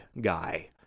guy